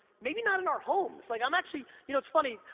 maybe not in our homes, like, i'm actually, you know it's funny,